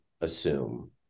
assume